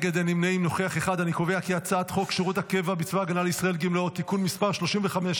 חוק שירות הקבע בצבא הגנה לישראל (גמלאות) (תיקון מס' 35),